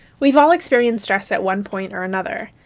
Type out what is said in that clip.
we've all experienced stress at one point or another.